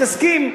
אם תסכים,